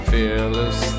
Fearless